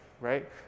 right